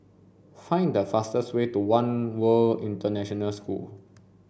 find the fastest way to One World International School